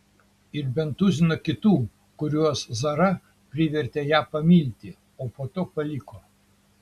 ir bent tuziną kitų kuriuos zara privertė ją pamilti o po to paliko